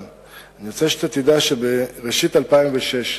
אבל אני רוצה שתדע שבראשית 2006,